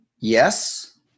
yes